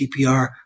CPR